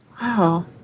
Wow